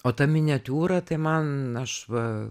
o ta miniatiūra tai man aš va